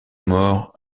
morts